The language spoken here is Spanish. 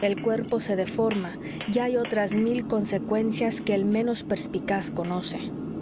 el cuerpo se deforma y hay otras mil consecuencias que el menos perspicaz conoce